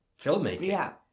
filmmaking